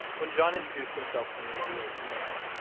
when john introduced himself to me via email,